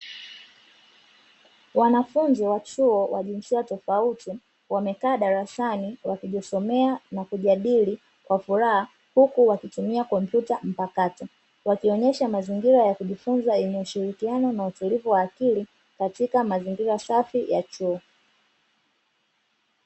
Wanafunzi wa chuo wa jinsia tofauti wamekaa darasani wakijisomea na kujadili kwa furaha huku wakitumia kompyuta mpakato. Wakionyesha mazingira ya kujifunza yenye ushirikiano na utulivu wa akili katika mazingira safi ya chuo.